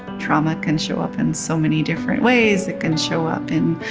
trauma can show up in so many different ways. it can show up in